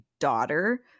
daughter